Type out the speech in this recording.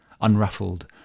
unruffled